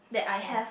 at